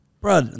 bro